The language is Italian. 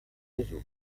gesù